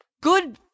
good